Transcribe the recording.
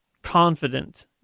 confident